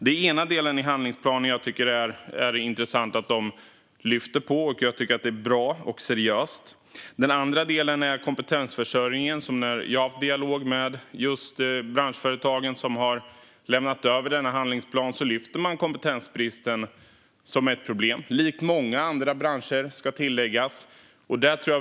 Det är en del av handlingsplanen jag tycker är intressant, och det är bra och seriöst. Den andra delen gäller kompetensförsörjningen. I den dialog jag har haft med de branschföretag som har lämnat fram denna handlingsplan lyfter de upp kompetensbristen som ett problem - likt många andra branscher, ska tilläggas.